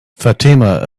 fatima